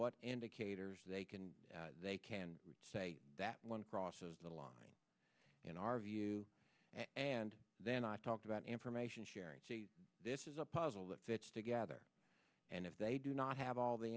what indicators they can they can say that one crosses the line in our view and then i talked about information sharing this is a puzzle that fits together and if they do not have all the